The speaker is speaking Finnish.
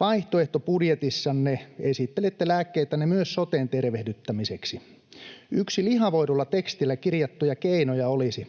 Vaihtoehtobudjetissanne esittelette lääkkeitänne myös soten tervehdyttämiseksi. Yksi lihavoidulla tekstillä kirjattuja keinoja olisi